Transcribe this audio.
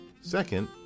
Second